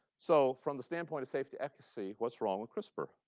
so from the standpoint of safety efficacy, what's wrong with crispr?